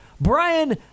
brian